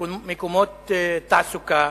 מקומות תעסוקה,